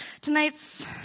Tonight's